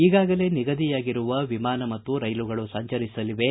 ಈಗಾಗಲೇ ನಿಗದಿಯಾಗಿರುವ ವಿಮಾನ ಮತ್ತು ರೈಲುಗಳು ಸಂಚರಿಸಲಿವೆ